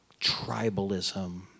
tribalism